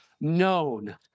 known